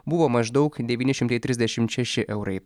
buvo maždaug devyni šimtai trisdešimt šeši eurai